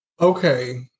okay